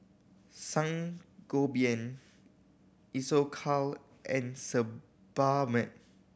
Sangobion Isocal and Sebamed